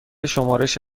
شمارش